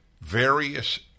various